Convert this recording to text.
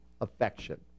affection